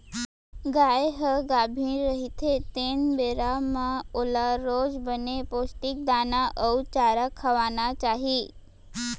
गाय ह गाभिन रहिथे तेन बेरा म ओला रोज बने पोस्टिक दाना अउ चारा खवाना चाही